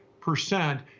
percent